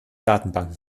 datenbanken